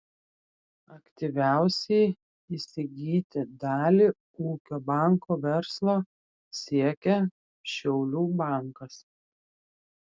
aktyviausiai įsigyti dalį ūkio banko verslo siekia šiaulių bankas